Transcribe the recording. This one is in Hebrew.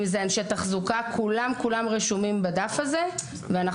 אם אלה אנשי תחזוקה כולם רשומים בדף הזה ואנחנו